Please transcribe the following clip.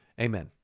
Amen